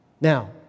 Now